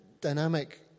dynamic